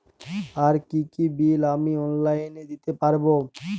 আর কি কি বিল আমি অনলাইনে দিতে পারবো?